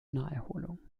naherholung